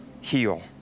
heal